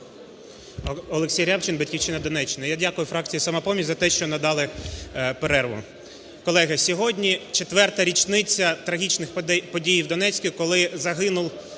Олексій Рябчин, "Батьківщина", Донеччина. Я дякую фракції "Самопоміч" за те, що надали перерву. Колеги, сьогодні четверта річниця трагічних подій в Донецьку, коли загинув